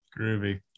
Groovy